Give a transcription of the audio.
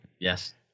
Yes